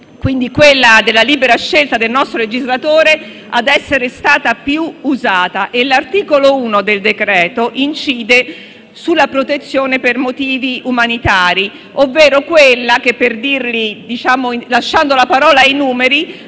quindi quella della libera scelta del nostro legislatore, ad essere stata più usata. E l'articolo 1 del decreto-legge in esame incide sulla protezione per motivi umanitari, ovvero quella che, lasciando la parola ai numeri,